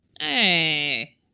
Hey